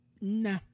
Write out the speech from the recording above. Nah